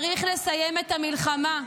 צריך לסיים את המלחמה.